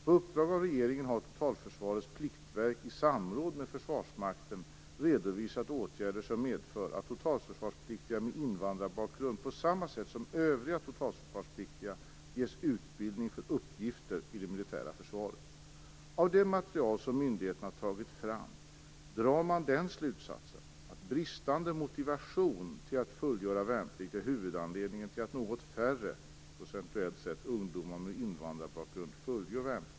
På uppdrag av regeringen har Totalförsvarets pliktverk i samråd med Försvarsmakten redovisat åtgärder som medför att totalförsvarspliktiga med invandrarbakgrund på samma sätt som övriga totalförsvarspliktiga ges utbildning för uppgifter i det militära försvaret. Av det material som myndigheterna tagit fram drar man den slutsatsen att bristande motivation till att fullgöra värnplikt är huvudanledningen till att procentuellt sett något färre ungdomar med invandrarbakgrund fullgör värnplikt.